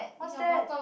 what's that